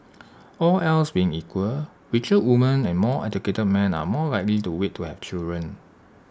all else being equal richer women and more educated men are more likely to wait to have children